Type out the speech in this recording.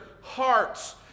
hearts